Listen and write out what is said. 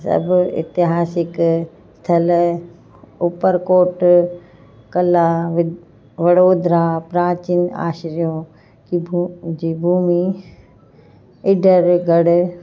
सभु ऐतिहासिक स्थल ऊपरकोट कला वड़ोदरा प्राचीन आश्रियो कि भू जी भूमी इडरगढ़